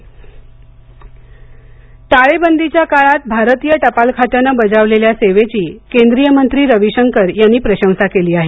भारतीय टपाल खाते टाळेबंदीच्या काळात भारतीय टपाल खात्याने बजावलेल्या सेवेची केंद्रीय मंत्री रविशंकर यांनी प्रशंसा केली आहे